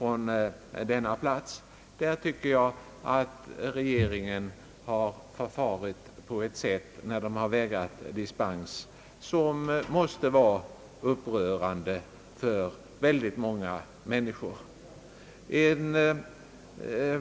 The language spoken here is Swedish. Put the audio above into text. I det fallet tycker jag att regeringen när den vägrat dispens har förfarit på ett sätt, som måste vara upprörande för väldigt många människor.